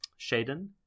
Shaden